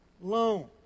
loan